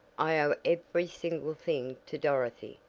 i owe every single thing to dorothy,